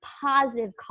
positive